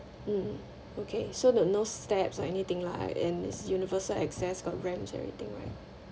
mm okay so got no steps or anything lah I and is universal access got ramp everything right